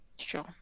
sure